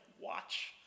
watch